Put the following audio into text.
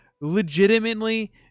legitimately